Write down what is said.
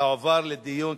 התשע"ב 2011,